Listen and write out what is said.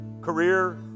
career